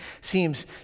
seems